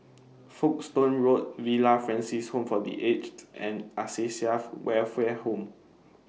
Folkestone Road Villa Francis Home For The Aged and Acacia Welfare Home